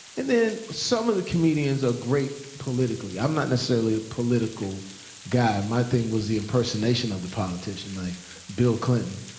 and then some of the comedians are great politically. i'm not necessarily a political guy. my thing was the impersonation of the politician, like bill clinton.